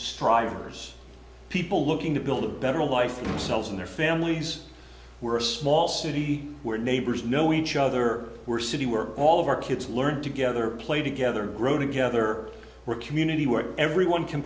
strivers people looking to build a better life for selves and their families we're a small city where neighbors know each other we're city we're all of our kids learn together play together grow together we're community where everyone can